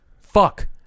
fuck